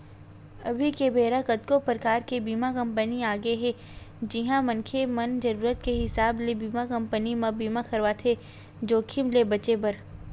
अभी के बेरा कतको परकार के बीमा कंपनी आगे हे जिहां मनखे मन जरुरत के हिसाब ले बीमा कंपनी म बीमा करवाथे जोखिम ले बचें बर